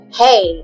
hey